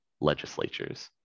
legislatures